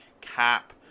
cap